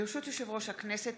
ברשות יושב-ראש הכנסת,